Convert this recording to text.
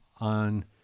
on